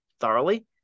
thoroughly